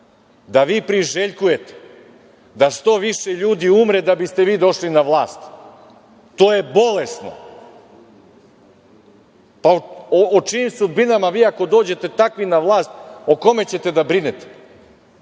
da vi priželjkujete da što više ljudi umre da biste vi došli na vlast. To je bolesno. O čijim sudbinama, vi ako dođete takvi na vlast, o kome ćete da brinete? Znamo